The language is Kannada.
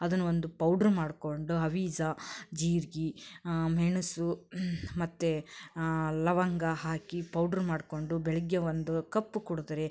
ಅದನ್ನ ಒಂದು ಪೌಡ್ರು ಮಾಡಿಕೊಂಡು ಹವೀಜ ಜೀರ್ಗೆ ಮೆಣಸು ಮತ್ತು ಲವಂಗ ಹಾಕಿ ಪೌಡ್ರು ಮಾಡಿಕೊಂಡು ಬೆಳಿಗ್ಗೆ ಒಂದು ಕಪ್ ಕುಡಿದ್ರೆ